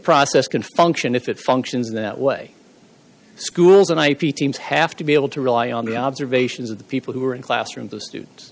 process can function if it functions that way schools and i p teams have to be able to rely on the observations of the people who are in classrooms the students